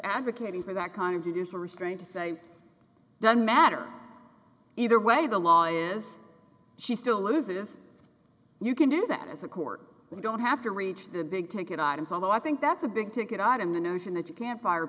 advocating for that condom to do so restrain to say the matter either way the law is she still loses you can do that as a court you don't have to reach the big ticket items although i think that's a big ticket item the notion that you can't fire